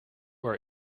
are